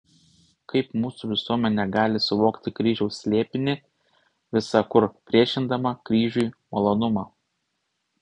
kaip mūsų visuomenė gali suvokti kryžiaus slėpinį visa kur priešindama kryžiui malonumą